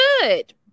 good